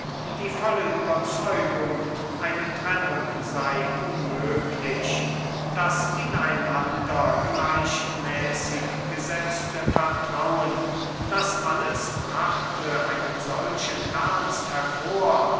die volle überzeugung eine trennung sei unmöglich das ineinander gleichmäßig gesetzte vertrauen das alles brachte einen solchen ernst hervor